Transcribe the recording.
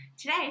Today